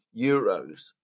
euros